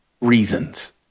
reasons